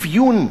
אפיון,